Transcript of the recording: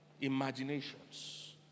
imaginations